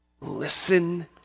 Listen